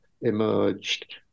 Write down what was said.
emerged